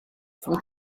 from